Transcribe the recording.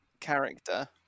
Character